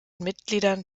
mitgliedern